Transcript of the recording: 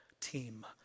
team